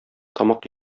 тамак